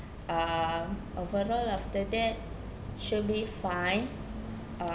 um overall after that should be fine uh